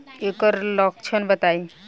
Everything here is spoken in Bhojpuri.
एकर लक्षण बताई?